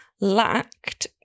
lacked